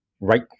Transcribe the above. right